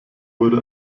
wurde